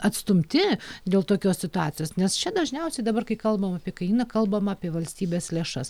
atstumti dėl tokios situacijos nes čia dažniausiai dabar kai kalbam apie kainyną kalbama apie valstybės lėšas